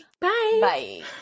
Bye